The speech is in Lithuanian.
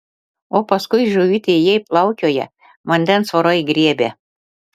o paskui žuvytė jei plaukioja vandens vorai griebia